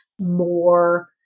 more